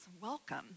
welcome